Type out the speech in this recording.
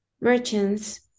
merchants